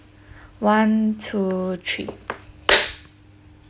one two three